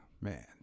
Man